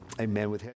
Amen